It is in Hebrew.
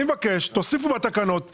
אני מבקש, תוסיפו בתקנות (8):